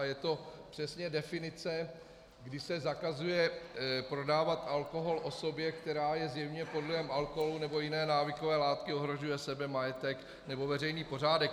Je to přesně definice, kdy se zakazuje prodávat alkohol osobě, která je zjevně pod vlivem alkoholu nebo jiné návykové látky, ohrožuje sebe, majetek nebo veřejný pořádek.